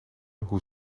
hoe